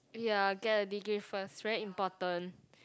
ya get a degree first very important